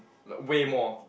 weigh more